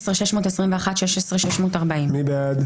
16,341 עד 16,360. מי בעד?